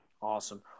Awesome